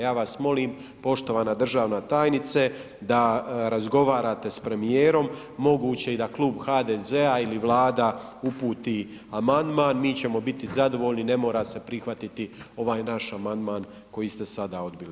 Ja vas molim, poštovana državna tajnice da razgovarate s premijerom, moguće i da Klub HDZ-a ili Vlada uputi amandman, mi ćemo biti zadovoljni, ne mora se prihvatiti ovaj naš amandman koji ste sada odbili.